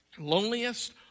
loneliest